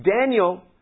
Daniel